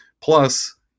Plus